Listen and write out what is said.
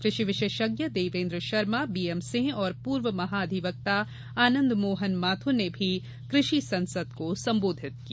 कृषि विशेषज्ञ देवेन्द्र शर्मा बीएम सिंह और पूर्व महा अधिवक्ता आनंद मोहन माथुर ने भी कृषि संसद को संबोधित किया